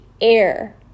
air